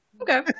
okay